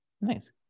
Nice